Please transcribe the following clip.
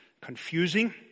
confusing